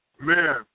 man